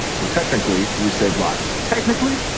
so technically, we saved lives. technically,